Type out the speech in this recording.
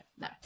No